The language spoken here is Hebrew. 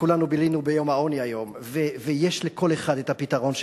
כולנו בילינו ביום העוני היום ויש לכל אחד הפתרון שלו.